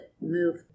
move